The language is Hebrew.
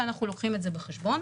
ואנחנו לוקחים את זה בחשבון.